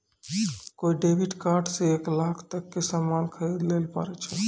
कोय debit card से एक लाख तक के सामान खरीदैल पारै छो